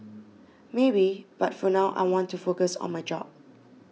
maybe but for now I want to focus on my job